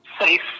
Safe